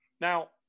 Now